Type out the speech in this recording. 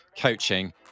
coaching